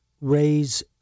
raise